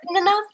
enough